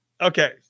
Okay